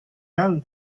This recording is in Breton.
all